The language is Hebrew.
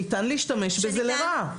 שניתן להשתמש בזה לרע.